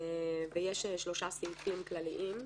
ויש שלושה סעיפים כלליים.